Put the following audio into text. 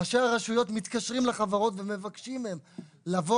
ראשי הרשויות מתקשרים לחברות ומבקשים מהם לבוא